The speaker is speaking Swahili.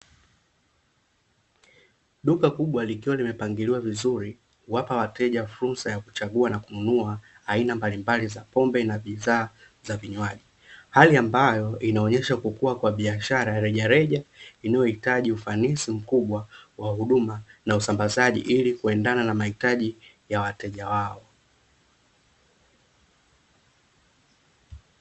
Duka kubwa likiwa limepangiliwa vizuri, kuwapa wateja fursa ya kuchagua na kununua aina mbalimbali za pombe na bidhaa za vinywaji. Hali ambayo inaonyesha kukuwa kwa biashara ya rejareja, inayohitaji ufanisi mkubwa wa huduma na usambazaji, ili kuendana na mahitaji ya wateja wao.